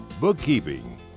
bookkeeping